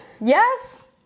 Yes